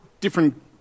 different